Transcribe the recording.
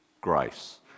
grace